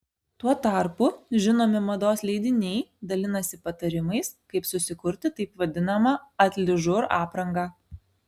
tuo tarpu žinomi mados leidiniai dalinasi patarimais kaip susikurti taip vadinamą atližur aprangą